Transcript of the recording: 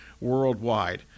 worldwide